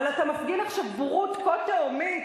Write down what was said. אבל אתה מפגין עכשיו בורות כה תהומית,